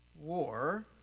War